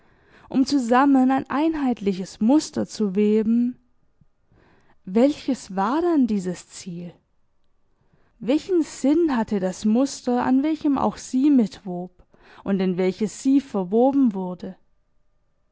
um zusammen ein einheitliches muster zu weben welches war dann dieses ziel welchen sinn hatte das muster an welchem auch sie mitwob und in welches sie verwoben wurde